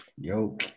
yo